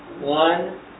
one